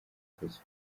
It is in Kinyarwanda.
bakoze